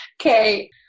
Okay